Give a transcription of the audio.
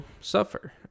suffer